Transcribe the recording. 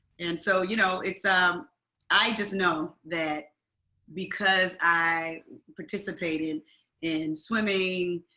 and so you know it's um i just know that because i participated in swimming,